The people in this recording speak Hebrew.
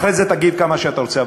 אחרי זה תגיד כמה שאתה רוצה,